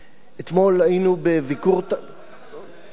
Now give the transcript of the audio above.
אתמול היינו בביקור, ככה אתה מתעלם ממני?